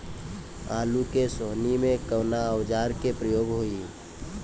आलू के सोहनी में कवना औजार के प्रयोग होई?